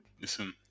Listen